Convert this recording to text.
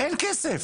אין כסף.